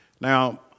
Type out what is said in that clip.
Now